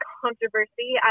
controversy